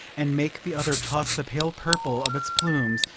and make the other toss the pale purple of its plumes,